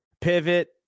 pivot